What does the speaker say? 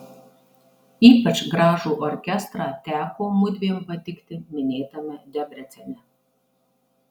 ypač gražų orkestrą teko mudviem patikti minėtame debrecene